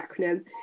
acronym